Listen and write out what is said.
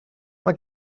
mae